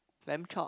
lamb chop